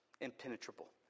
impenetrable